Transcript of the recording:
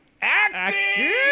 Acting